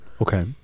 Okay